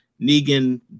Negan